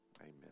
amen